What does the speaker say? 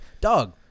dog